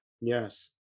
Yes